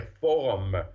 forum